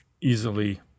easily